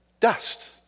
Dust